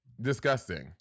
disgusting